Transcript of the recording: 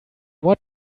what